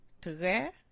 très